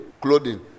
clothing